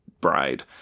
bride